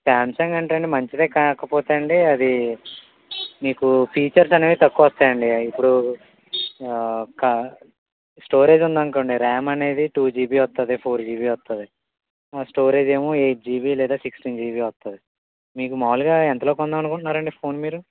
Samsung అంటే అండి మంచిదే కాకపోతే అండి అది మీకు ఫీచర్స్ అనేవి తక్కువస్తాయండి ఇప్పుడు కా స్టోరేజ్ ఉందనుకోండి ర్యామ్ అనేది టు జీబీ వస్తుంది ఫోర్ జీబీ వస్తుంది స్టోరేజేమో ఎయిట్ జీబీ లేకపోతే సిక్సటీన్ జీబీ వస్తుంది మీకు మాములుగా ఎంతలో కొందామనుకుంటున్నారండి ఫోను మీరు